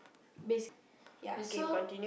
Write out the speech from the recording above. bas~ ya so